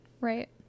right